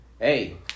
hey